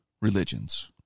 religions